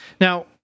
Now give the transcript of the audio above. now